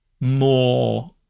more